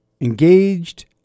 engaged